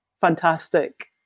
fantastic